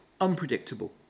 unpredictable